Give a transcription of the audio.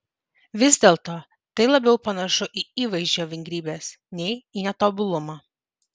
vis dėlto tai labiau panašu į įvaizdžio vingrybes nei į netobulumą